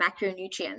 macronutrients